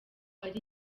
ari